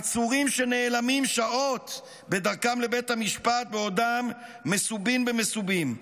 עצורים שנעלמים שעות בדרכם לבית המשפט בעודם מסובין במסובים,